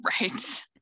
right